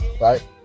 right